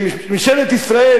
שממשלת ישראל,